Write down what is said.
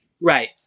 Right